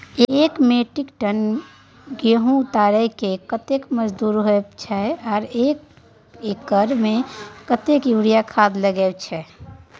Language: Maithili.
एक मेट्रिक टन गेहूं उतारेके कतेक मजदूरी होय छै आर एक एकर में कतेक यूरिया खाद लागे छै?